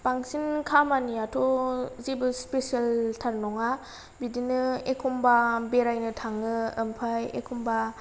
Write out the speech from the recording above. बांसिन खामानियाथ' जेबो स्पेसियेल थार नङा बिदिनो एखमबा बेरायनो थाङो ओमफाय एखमबा